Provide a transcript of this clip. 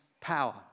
power